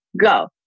Go